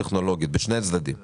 הצד של